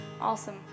awesome